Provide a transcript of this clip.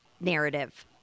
narrative